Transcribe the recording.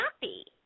happy